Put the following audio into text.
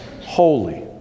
holy